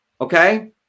okay